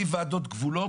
מוועדות גבולות,